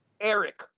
Eric